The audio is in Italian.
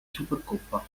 supercoppa